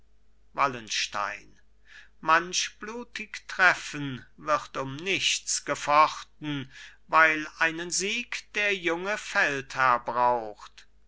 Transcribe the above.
wallenstein manch blutig treffen wird um nichts gefochten weil einen sieg der junge feldherr braucht